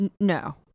No